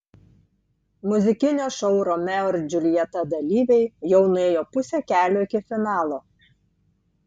muzikinio šou romeo ir džiuljeta dalyviai jau nuėjo pusę kelio iki finalo